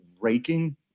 raking